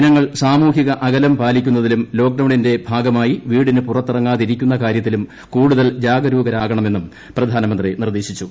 ജനങ്ങൾ സാമൂഹിക അകലം പാലിക്കുന്നതിലും ലോക്ഡൌണിന്റെ ഭാഗമായി വീടിനു പുറത്തിറങ്ങാതിരിക്കുന്ന കാരൃത്തിലും കൂടുതൽ ജാഗരൂകരാകണമെന്നും പ്രധാനമന്ത്രി നിർദ്ദേശിച്ചു